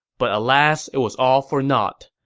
but alas, it was all for naught.